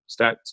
Stats